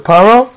Paro